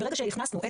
וברגע שנכנסנו,